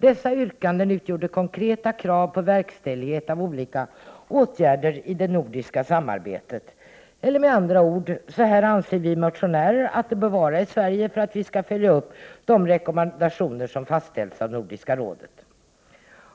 Dessa yrkanden utgjorde konkreta krav på verkställighet av olika åtgärder i det nordiska samarbetet. Eller med andra ord: Så anser vi motionärer att det bör vara i vårt land för att vi skall följa upp de rekommendationer som fastställts av Nordiska rådet.